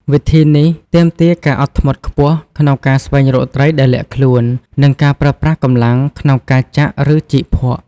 វិធីនេះទាមទារការអត់ធ្មត់ខ្ពស់ ក្នុងការស្វែងរកត្រីដែលលាក់ខ្លួន និងការប្រើប្រាស់កម្លាំង ក្នុងការចាក់ ឬជីកភក់។